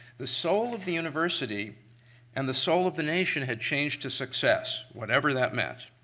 the soul of the university and the soul of the nation had changed to success, whatever that meant.